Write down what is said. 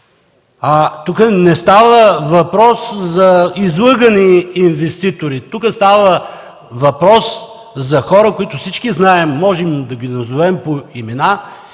Тук не става въпрос за излъгани инвеститори, става въпрос за хора, които всички знаем и можем да ги назовем по имена,